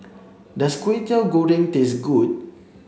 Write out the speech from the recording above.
does Kwetiau Goreng taste good